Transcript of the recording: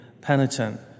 penitent